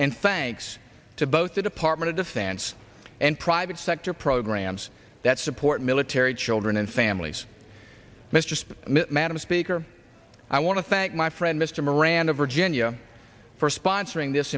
and thanks to both the department of defense and private sector programs that support military children and families mr madam speaker i want to thank my friend mr moran of virginia for sponsoring this